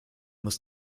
muss